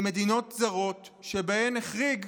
עם מדינות זרות שבהן החריג,